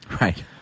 Right